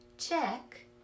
check